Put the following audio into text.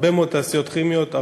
הרבה מאוד תעשיות כימיות,